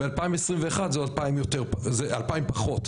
ב-2021 זה 2,000 פחות,